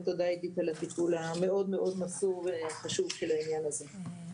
ותודה עידית על הטיפול המאוד-מאוד מסור וחשוב בעניין הזה.